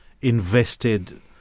invested